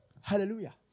Hallelujah